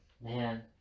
man